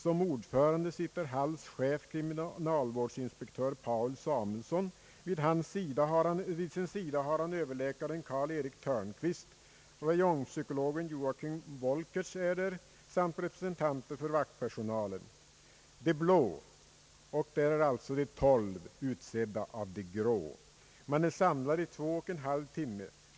Som ordförande sitter Halls chef, kriminalvårdsinspektör Paul Samuelsson, vid sin sida har han överläkaren Karl Erik Törnqvist; räjongpsykologen Joachim Volckerts är där samt representanter för vaktpersonalen, ”de blå”, och där är alltså de tolv utsedda av ”de grå”. Man är samlad i två och en halv timme.